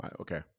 Okay